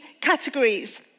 categories